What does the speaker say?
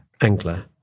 angler